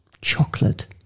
chocolate